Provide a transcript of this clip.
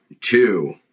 two